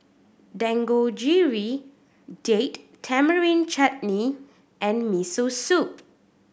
Dangojiru Date Tamarind Chutney and Miso Soup